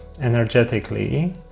energetically